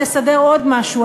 נסדר עוד משהו,